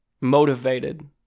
motivated